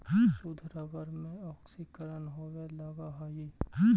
शुद्ध रबर में ऑक्सीकरण होवे लगऽ हई